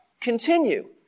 Continue